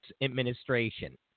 administration